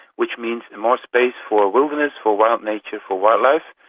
which means more space for wilderness, for wild nature, for wildlife,